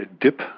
dip